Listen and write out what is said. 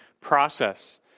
process